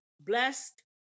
Blessed